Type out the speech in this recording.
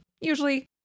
usually